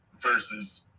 versus